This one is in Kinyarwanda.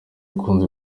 ukunze